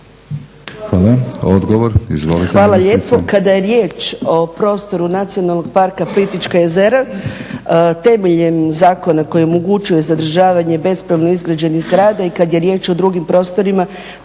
Anka (HNS)** Hvala lijepo. Kada je riječ o prostoru Nacionalnog parka Plitvička jezera temeljem zakona koji omogućuje zadržavanje bespravno izgrađenih zgrada i kad je riječ o drugim prostorima,